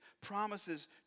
promises